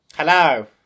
hello